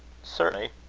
certainly,